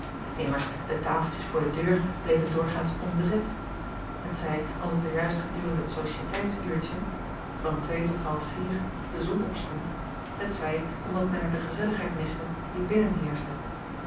mmers de tafeltjes voor de deur bleven doorgaans onbezet t zij omdat er juist gedurende het ociëteitsuurtje van tot half vier de zon op stond t zij omdat men er de gezelligheid miste die binnen